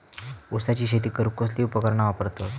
ऊसाची शेती करूक कसली उपकरणा वापरतत?